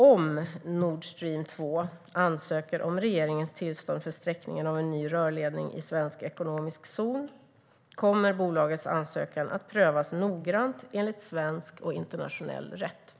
Om Nordstream 2 ansöker om regeringens tillstånd för sträckningen av en ny rörledning i svensk ekonomisk zon kommer bolagets ansökan att prövas noggrant enligt svensk och internationell rätt.